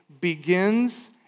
begins